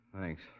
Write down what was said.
Thanks